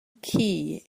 key